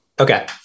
okay